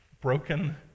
broken